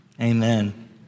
Amen